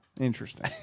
Interesting